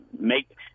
make